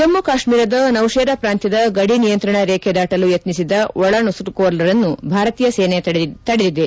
ಜಮ್ನು ಕಾಶ್ಮೀರದ ನೌಶೇರಾ ಪ್ರಾಂತ್ಯದ ಗಡಿ ನಿಯಂತ್ರಣ ರೇಖೆ ದಾಟಲು ಯತ್ನಿಸಿದ ಒಳನುಸುಳುಕೋರರನ್ನು ಭಾರತೀಯ ಸೇನೆ ತಡೆದಿದ್ದಾರೆ